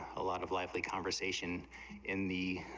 a lot of lively conversation in the,